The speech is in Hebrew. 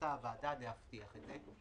ושרוצה הוועדה להבטיח את זה,